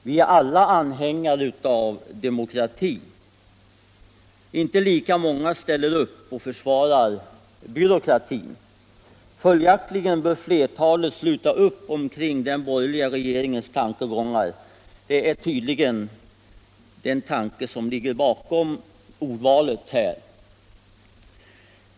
Vi är alla anhängare av demokrati. Inte lika många ställer sig upp och försvarar byråkratin. Följaktligen bör flertalet kunna sluta upp kring den borgerliga regeringens formuleringar — det är tydligen den tanke som ligger bakom ordvalet.